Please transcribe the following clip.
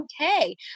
okay